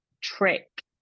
trick